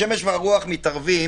השמש והרוח מתערבים